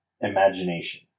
imagination